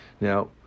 Now